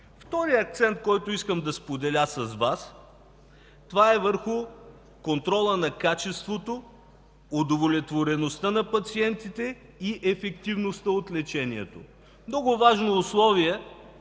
Вторият акцент, който искам да споделя с Вас – контролът на качеството, удовлетвореността на пациентите и ефективността от лечението. Много важно условие в